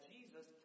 Jesus